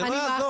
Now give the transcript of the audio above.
זה לא יעזור,